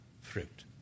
Fruit